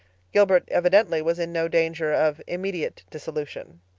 gilbert evidently was in no danger of immediate dissolution.